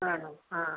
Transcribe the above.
ആണോ ആ